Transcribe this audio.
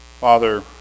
Father